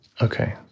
Okay